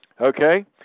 Okay